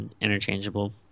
interchangeable